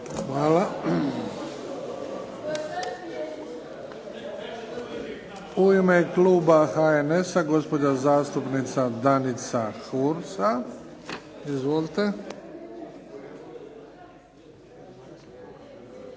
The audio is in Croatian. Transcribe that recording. (HDZ)** U ime kluba HNS-a gospođa zastupnica Danica Hursa. Izvolite. **Hursa,